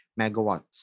megawatts